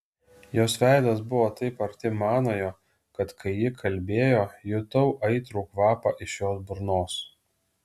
jos veidas buvo taip arti manojo kad kai ji kalbėjo jutau aitrų kvapą iš jos burnos